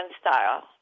style